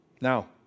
Now